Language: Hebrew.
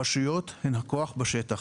הרשויות הן הכוח בשטח,